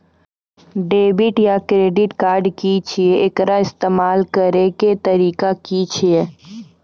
Debit या credit card की छियै? एकर इस्तेमाल करैक तरीका की छियै?